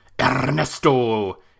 Ernesto